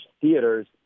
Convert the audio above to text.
theaters